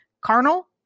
carnal